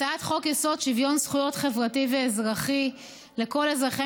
הצעת חוק-יסוד: שוויון זכויות חברתי ואזרחי לכל אזרחי